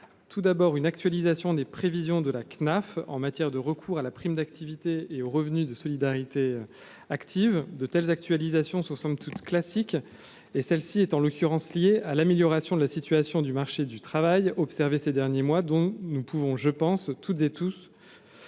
tout d'abord une actualisation des prévisions de la CNAF en matière de recours à la prime d'activité et au revenu de solidarité active de telles actualisation sont somme toute classique et celle-ci est en l'occurrence, liée à l'amélioration de la situation du marché du travail observée ces derniers mois, dont nous pouvons je pense toutes et tous